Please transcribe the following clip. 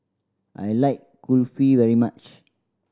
I like Kulfi very much